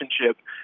relationship